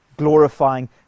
glorifying